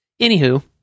anywho